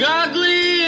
ugly